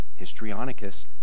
histrionicus